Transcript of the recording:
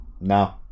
no